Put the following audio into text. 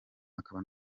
akaba